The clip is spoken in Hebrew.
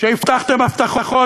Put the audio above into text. שהבטחתם הבטחות,